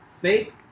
fake